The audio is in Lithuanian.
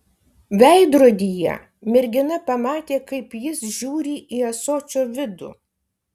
veidrodyje mergina pamatė kaip jis žiūri į ąsočio vidų